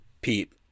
Pete